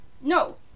No